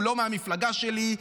הוא לא מהמפלגה שלי,